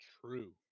True